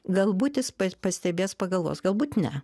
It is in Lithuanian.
galbūt jis pastebės pagalvos galbūt ne